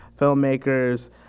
filmmakers